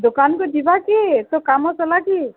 ଦୋକାନକୁ ଯିବା କି ତୋ କାମ ସର୍ଲାକି